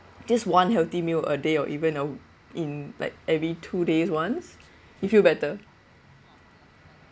this one healthy meal a day or even uh in like every two days once you feel better